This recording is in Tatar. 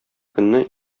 көнне